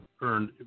earned